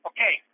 Okay